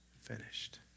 finished